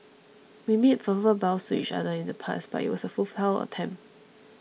we made verbal vows to each other in the past but it was a futile attempt